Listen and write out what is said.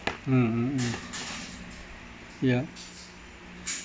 mm mm mm yeah